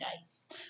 dice